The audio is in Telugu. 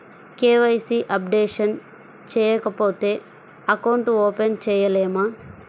కే.వై.సి అప్డేషన్ చేయకపోతే అకౌంట్ ఓపెన్ చేయలేమా?